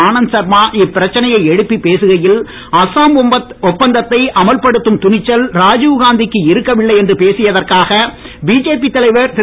ஆனந்த் சர்மா இப்பிரச்சனையை எழுப்பி பேசுகையில் அஸ்ஸாம் ஒப்பந்தத்தை அமல்படுத்தும் துணிச்சல் ராஜீவ்காந்திக்கு இருக்கவில்லை என்று பேசியதற்காக பிஜேபி தலைவர் திரு